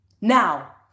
Now